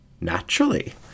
Naturally